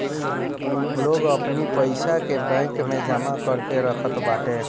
लोग अपनी पईसा के बैंक में जमा करके रखत बाटे